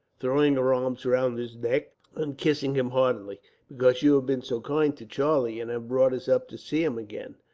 throwing her arms round his neck, and kissing him heartily because you have been so kind to charlie, and have brought us up to see him again.